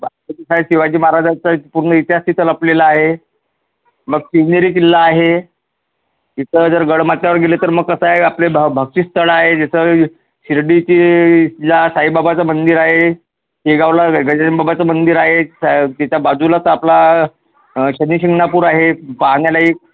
बाकीचं काय शिवाजी महाराजांचं पूर्ण इतिहास तिथं लपलेला आहे मग शवनेरी किल्ला आहे इथं जर गडमाथ्यावर गेलं तर मग कसं आहे आपले भ भक्ती स्थळ आहे जसं शिर्डीची ला साईबाबाचं मंदिर आहे शेगावला गजानन बाबाचं मंदिर आहे सा तिच्या बाजूलाच आपला शनिशिंगनापूर आहे पाहण्यालायक